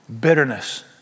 Bitterness